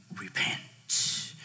repent